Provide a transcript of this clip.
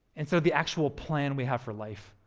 and so the actual plan we have for life.